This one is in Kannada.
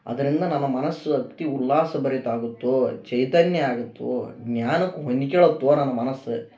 ಅದರಿಂದ ನನ್ನ ಮನಸ್ಸು ಅತಿ ಉಲ್ಲಾಸಭರಿತ ಆಗುತ್ತೋ ಚೈತನ್ಯ ಆಗುತ್ತೋ ಜ್ಞಾನಕ್ಕೂ ಹೊಂದ್ಕೊಳ್ಳತ್ತೋ ನನ್ನ ಮನಸ್ಸು